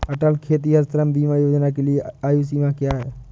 अटल खेतिहर श्रम बीमा योजना के लिए आयु सीमा क्या है?